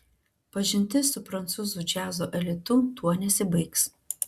pažintis su prancūzų džiazo elitu tuo nesibaigs